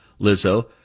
Lizzo